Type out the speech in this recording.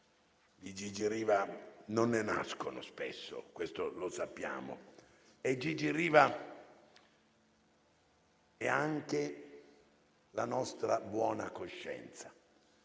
di Gigi Riva non ne nascono spesso, questo lo sappiamo. Gigi Riva è anche la nostra buona coscienza,